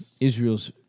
Israel's